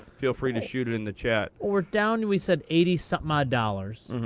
feel free to shoot it in the chat. or down, we said eighty something odd dollars.